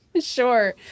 Sure